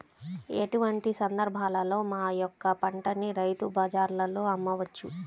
ఎటువంటి సందర్బాలలో మా యొక్క పంటని రైతు బజార్లలో అమ్మవచ్చు?